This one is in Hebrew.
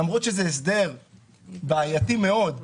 למרות שזה הסדר בעייתי מאוד,